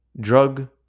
drug